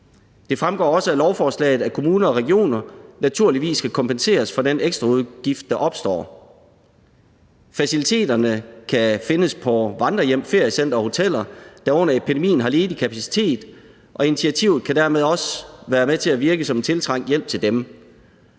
Det fremgår også af lovforslaget, at kommuner og regioner naturligvis skal kompenseres for den ekstra udgift, der opstår. Faciliteterne kan findes på vandrerhjem, feriecentre og hoteller, der under epidemien har ledig kapacitet, og initiativet kan dermed også være med til at virke som en tiltrængt hjælp til dem.